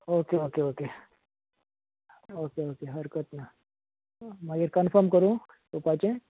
okay okay okay okay okay हरकत ना मागीर कन्फर्म करूं येवपाचें